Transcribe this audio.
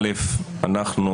האחת,